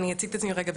אני אציג את עצמי בקצרה.